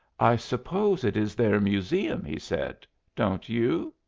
i suppose it is their museum, he said don't you?